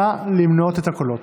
נא למנות את הקולות.